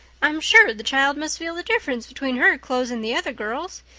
i'm sure the child must feel the difference between her clothes and the other girls'.